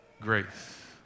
Grace